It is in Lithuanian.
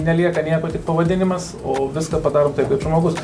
nelieka nieko tik pavadinimas o viską padarom taip kaip žmogus